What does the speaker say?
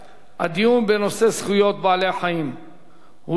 הדיון בנושא זכויות בעלי-החיים הוא דיון